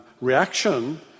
reaction